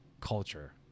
culture